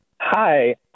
Hi